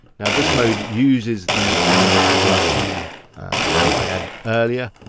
now this mode uses the amazon api key that i had earlier.